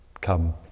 come